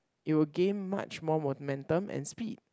it will gain much more momentum and speed